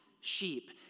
sheep